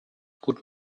guten